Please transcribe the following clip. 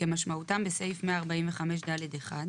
כמשמעותם בסעיף 145(ד)(1)